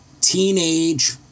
Teenage